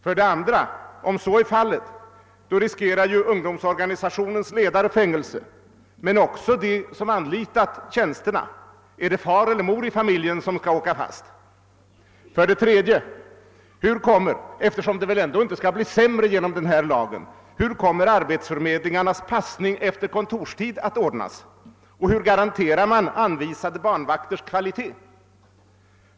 För det andra: Om så är fallet riskerar ju ungdomsorganisationens ledare fängelse, men också de som anlitat tjänsterna; är det far eller mor i familjen som skall åka fast? För det tredje: Hur kommer — eftersom det väl ändå inte skall bli sämre genom denna lag — arbetsförmedlingarnas passning efter kontorstid att ordnas, och hur garanterar man anvisade barnvakters kvalitet?